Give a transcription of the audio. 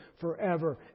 forever